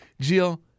Jill